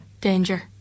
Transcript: Danger